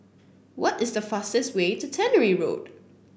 what is the fastest way to Tannery Road